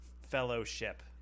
fellowship